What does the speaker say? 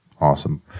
Awesome